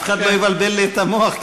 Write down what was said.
אף אחד לא יבלבל לי את המוח,